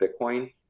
Bitcoin